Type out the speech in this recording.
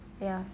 ya